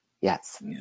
Yes